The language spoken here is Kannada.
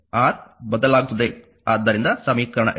ಆದ್ದರಿಂದ ಸಮೀಕರಣ 2